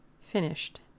finished